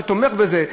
שתומך בזה.